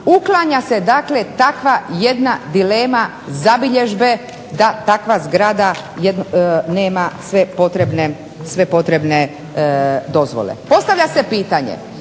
uklanja se dakle takva jedna dilema zabilježbe da takva zgrada nema sve potrebne dozvole. Postavlja se pitanje